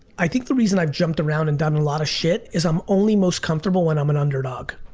i think the reason i've jumped around and done a lot of shit is i'm only most comfortable when i'm an underdog.